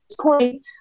point